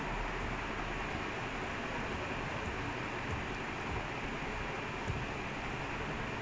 err nah I'm thinking of the way she mandarin okay